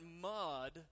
mud